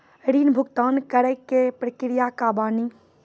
ऋण भुगतान करे के प्रक्रिया का बानी?